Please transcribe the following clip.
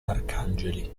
arcangeli